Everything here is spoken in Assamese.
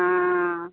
অঁ